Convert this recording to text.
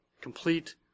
complete